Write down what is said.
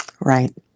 Right